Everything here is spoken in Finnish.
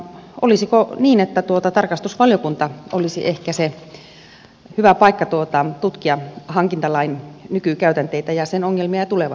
olisiko niin että tarkastusvaliokunta olisi se hyvä paikka tutkia hankintalain nykykäytänteitä ja sen ongelmia ja tulevaisuutta